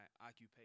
occupation